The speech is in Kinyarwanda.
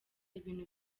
ibintu